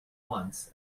once